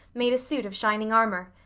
made a suit of shining armor.